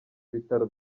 ibitaro